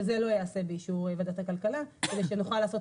שזה לא ייעשה באישור ועדת הכלכלה כדי שנוכל לעשות